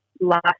last